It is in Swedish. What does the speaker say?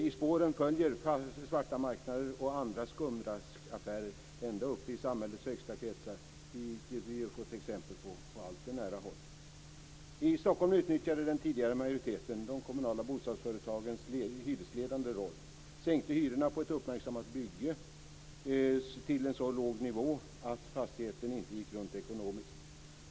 I spåren följer svarta marknader och andra skumraskaffärer, ända upp i samhällets högsta kretsar, vilket vi fått exempel på på alltför nära håll. I Stockholm utnyttjade den tidigare majoriteten de kommunala bostadsföretagens hyresledande roll. Man sänkte hyrorna på ett uppmärksammat bygge till en så låg nivå att fastigheten inte gick runt ekonomiskt.